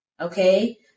okay